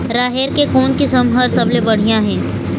राहेर के कोन किस्म हर सबले बढ़िया ये?